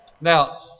Now